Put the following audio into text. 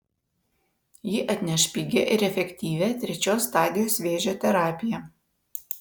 ji atneš pigią ir efektyvią trečios stadijos vėžio terapiją